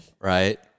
right